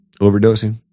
Overdosing